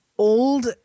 old